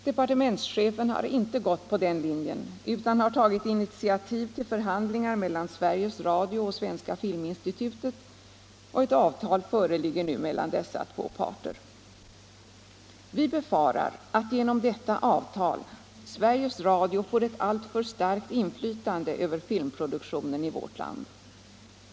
Departementschefen har inte gått på den linjen utan tagit initiativ till förhandlingar mellan Sveriges Radio och Svenska filminstitutet, och ett avtal föreligger nu mellan dessa två parter. Vi befarar att Sveriges Radio genom detta avtal får ett alltför starkt inflytande över filmproduktionen i vårt land.